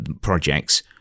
projects